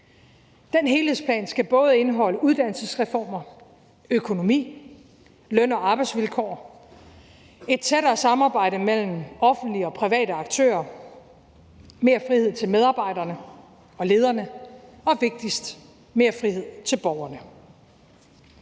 Den helhedsplan skal både indeholde uddannelsesreformer, økonomi, løn- og arbejdsvilkår, et tættere samarbejde mellem offentlige og private aktører, mere frihed til medarbejderne og lederne og – vigtigst – mere frihed til borgerne.